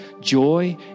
joy